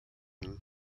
where